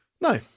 no